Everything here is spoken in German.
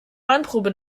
weinprobe